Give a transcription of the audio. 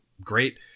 great